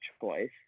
choice